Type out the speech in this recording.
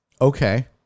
okay